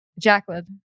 Jacqueline